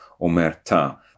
omerta